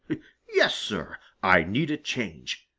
yes, sir, i need a change.